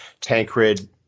Tancred